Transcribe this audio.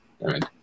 Right